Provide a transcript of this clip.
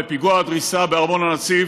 בפיגוע הדריסה בארמון הנציב